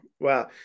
Wow